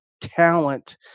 talent